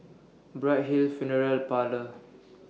Bright Hill Funeral Parlour